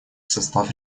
состав